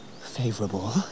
Favorable